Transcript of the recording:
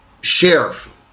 sheriff